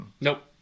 Nope